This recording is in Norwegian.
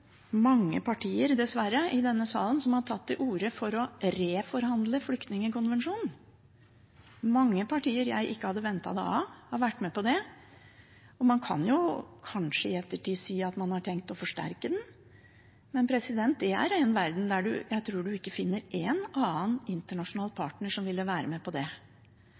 mange partier i denne salen, dessverre, som har tatt til orde for å reforhandle flyktningkonvensjonen – mange partier jeg ikke hadde ventet det av, har vært med på det. Man kan kanskje i ettertid si at man har tenkt å forsterke den, men vi er i en verden der jeg ikke tror man finner én annen internasjonal partner som vil være med på det.